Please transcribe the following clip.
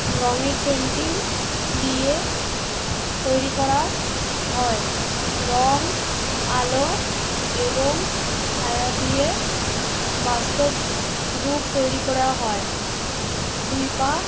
রঙের পেন্টিং দিয়ে তৈরি করা হয় রঙ আলো এবং ছায়া দিয়ে বাস্তব রূপ তৈরি করা হয় দুই বা